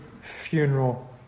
funeral